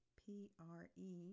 pre